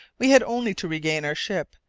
we had only to regain our ship,